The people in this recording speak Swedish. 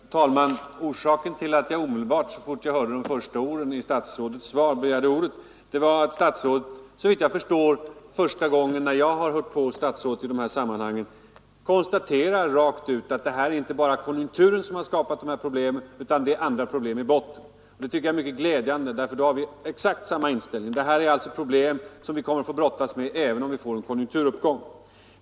Herr talman! Orsaken till att jag omedelbart, så fort jag hört de första orden i statsrådets svar, begärde ordet var att statsrådet — såvitt jag kan se för första gången — konstaterade rakt ut att det inte bara är konjunkturen som har skapat akademikernas problem, utan att det finns andra problem i botten. Detta uttalande tycker jag är glädjande, eftersom det visar att vi har exakt samma inställning. Det är alltså problem som vi kommer att få brottas med även om vi får en konjunkturuppgång.